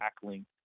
tackling